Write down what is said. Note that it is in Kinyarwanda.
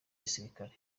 gisirikare